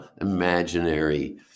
imaginary